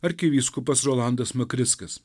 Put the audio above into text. arkivyskupas rolandas makrickas